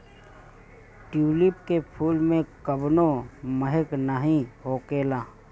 tulip के फूल में कवनो महक नाइ होखेला